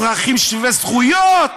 אנחנו רוצים להיות אזרחים שווי זכויות.